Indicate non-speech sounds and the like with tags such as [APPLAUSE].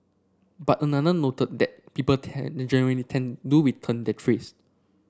but another noted that people tend [UNINTELLIGIBLE] tend do return their trays